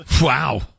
Wow